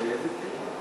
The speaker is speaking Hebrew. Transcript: באיזו קריאה?